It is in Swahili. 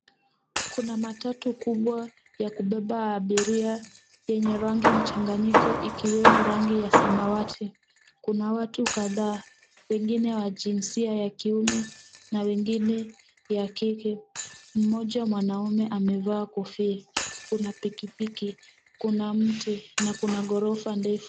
Kuna matatu kubwa ya kubeba abiria yenye rangi mchanganyiko ikiwemo rangi ya samawati. Kuna watu kadhaa wengine wa jinsia ya kiume na wengine ya kike. Mmoja mwanaume amevaa kofia. Kuna pikipiki, kuna mti na kuna ghorofa ndefu.